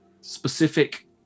specific